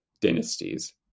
dynasties